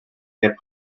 hip